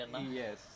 Yes